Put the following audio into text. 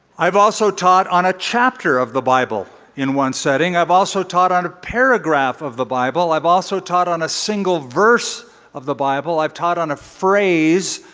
i've also taught on a chapter of the bible in one sitting. i've also taught on a paragraph of the bible. i've also taught on a single verse of the bible. i've taught on a phrase.